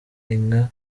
inka